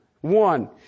one